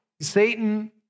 Satan